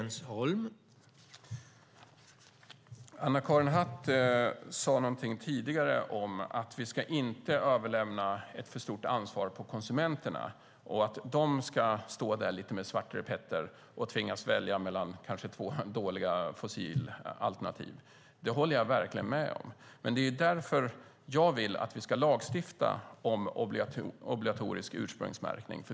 Herr talman! Anna-Karin Hatt sade någonting tidigare om att vi inte ska överlämna ett för stort ansvar på konsumenterna så att de får stå där med Svarte Petter och tvingas välja mellan två dåliga fossila alternativ. Det håller jag verkligen med om, och det är därför jag vill att vi ska lagstifta om obligatorisk ursprungsmärkning.